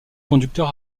conducteur